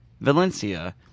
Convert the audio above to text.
Valencia